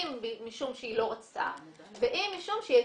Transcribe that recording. אם משום שהיא לא רצתה ואם משום שהיא